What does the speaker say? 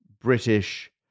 British